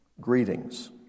greetings